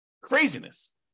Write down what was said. Craziness